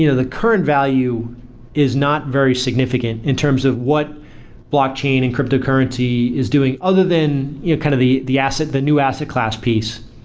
you know the current value is not very significant in terms of what blockchain and cryptocurrency is doing other than yeah kind of the the asset, the new asset class piece,